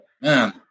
man